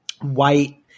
white